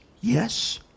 Yes